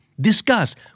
discuss